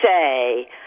say